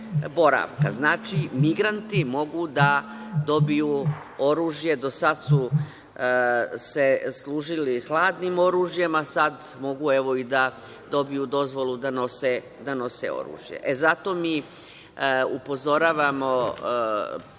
Znači, migranti mogu da dobiju oružje, do sad su se služili hladnim oružjem a sada mogu i da dobiju dozvolu da nose oružje. Zato mi upozoravamo nadležne